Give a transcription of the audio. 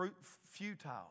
futile